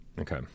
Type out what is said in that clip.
Okay